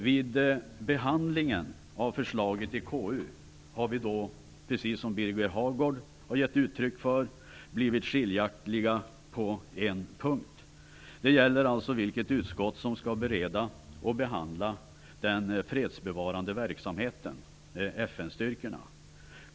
Vid behandlingen av förslaget i konstitutionsutskottet har vi, precis som Birger Hagård gett uttryck för, varit skiljaktiga på en punkt, nämligen frågan om vilket utskott som skall bereda och behandla den fredsbevarande verksamheten - FN-styrkorna.